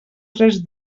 tres